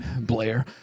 Blair